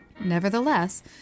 Nevertheless